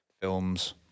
films